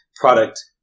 product